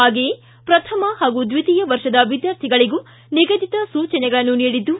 ಹಾಗೆಯೇ ಶ್ರಥಮ ಹಾಗೂ ದ್ವಿತೀಯ ವರ್ಷದ ವಿದ್ಯಾರ್ಥಿಗಳಗೂ ನಿಗದಿತ ಸೂಚನೆಗಳನ್ನು ನೀಡಿದ್ದು